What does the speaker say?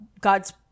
God's